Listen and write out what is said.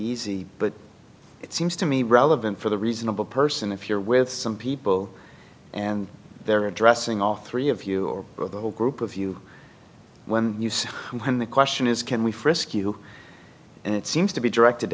easy but it seems to me relevant for the reasonable person if you're with some people and they're addressing all three of you or for the whole group of you when you see them when the question is can we frisk you and it seems to be directed